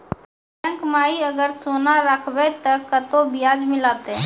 Bank माई अगर सोना राखबै ते कतो ब्याज मिलाते?